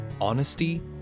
honesty